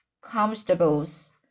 constables